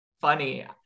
funny